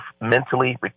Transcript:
mentally